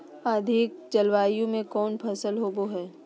अधिक जलवायु में कौन फसल होबो है?